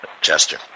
Chester